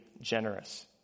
generous